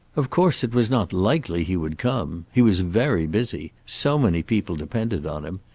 of course, it was not likely he would come. he was very busy. so many people depended on him.